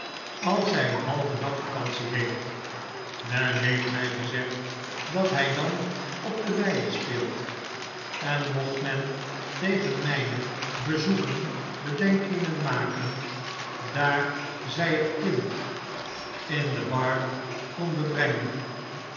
als hy een halven dag vacantie heeft men heeft my gezegd dat hij dan op de weide speelt en mocht men tegen myne bezoeken bedenkingen maken daar zy het kind in de ar konden brengeh